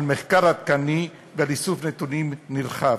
על מחקר עדכני ועל איסוף נתונים נרחב.